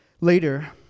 Later